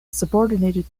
subordinated